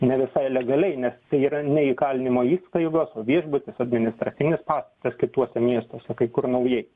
ne visai legaliai nes tai yra ne įkalinimo įstaigos o viešbutis administracinis pastatas kituose miestuose kai kur naujai